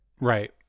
Right